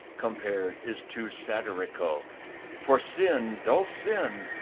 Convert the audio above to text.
compared, is too satyrical for sin, though sin,